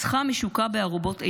מצחה משוקע בארובת עינו,